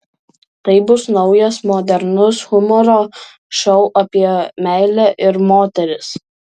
tai bus naujas modernus humoro šou apie meilę ir moteris